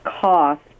cost